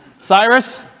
Cyrus